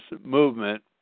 movement